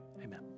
Amen